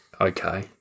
okay